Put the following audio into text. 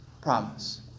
promise